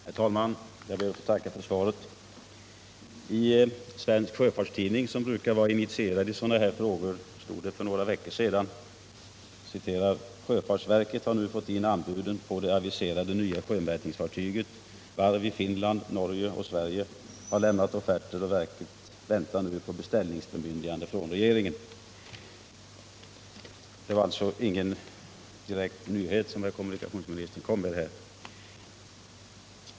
Herr talman! Jag ber att få tacka för svaret. I Svensk Sjöfarts Tidning, som brukar vara initierad i sådana här frågor, stod det för några veckor sedan: ”Sjöfartsverket har nu fått in anbuden 5 på det aviserade nya sjömätningsfartyget. Varv i Finland, Norge och Sverige har lämnat offerter och verket väntar nu på beställningsbemyndigande från regeringen.” Det var alltså ingen direkt nyhet som kommunikationsministern kom med.